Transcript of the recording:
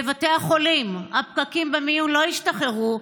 בבתי החולים הפקקים במיון לא השתחררו.